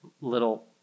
little